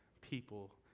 people